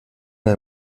del